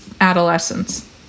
adolescence